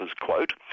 quote